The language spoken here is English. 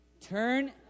Turn